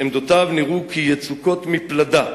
"עמדותיו נראו כיצוקות מפלדה.